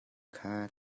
kha